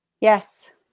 Yes